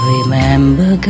Remember